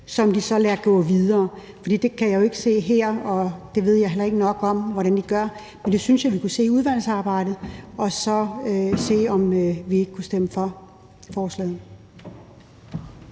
som de så lader gå videre? Det kan jeg jo ikke se her, og det ved jeg heller ikke nok om hvordan de gør, men det synes jeg vi kunne se på i udvalgsarbejdet og så se, om vi ikke kunne stemme for forslaget.